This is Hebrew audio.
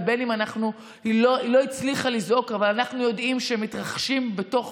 ובין שהיא לא הצליחה לזעוק אבל אנחנו יודעים שמתרחשים בתוך